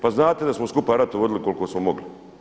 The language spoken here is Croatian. Pa znate da smo skupa rat vodili koliko smo mogli.